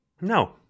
No